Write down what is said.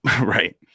right